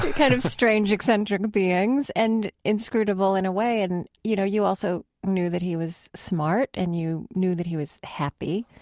kind of strange, eccentric beings and inscrutable in a way. and, you know, you also knew that he was smart. and you knew that he was happy